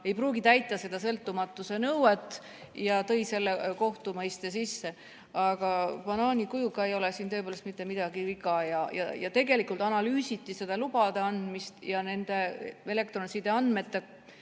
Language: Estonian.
ei pruugi täita seda sõltumatuse nõuet, ja ta tõi selle kohtu mõiste sisse. Aga banaani kujuga ei ole siin tõepoolest mitte midagi tegemist. Tegelikult analüüsiti seda lubade andmist, ja elektronsideandmete